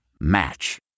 Match